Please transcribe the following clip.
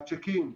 הצ'ק אין,